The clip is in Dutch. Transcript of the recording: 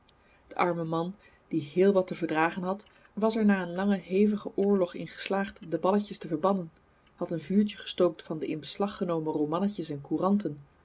de arme man die heel wat te verdragen had was er na een langen hevigen oorlog in geslaagd de balletjes te verbannen had een vuurtje gestookt van de in beslag genomen romannetjes en couranten